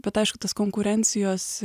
bet aišku tos konkurencijos